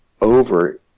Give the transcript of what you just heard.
over